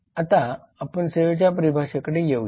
आणि आता आपण सेवेच्या परिभाषेकडे येऊया